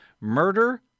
Murder